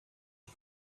you